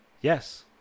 yes